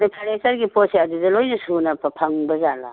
ꯅꯣꯏ ꯐꯔꯅꯤꯆꯔꯒꯤ ꯄꯣꯠꯁꯦ ꯑꯗꯨꯗ ꯂꯣꯏꯅ ꯁꯨꯅ ꯐꯪꯕꯖꯥꯠꯂ